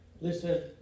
Listen